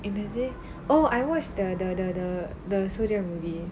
என்னாது:ennaathu oh I watched dah dah dah dah dah